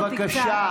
בבקשה.